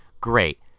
great